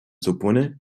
supone